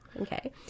Okay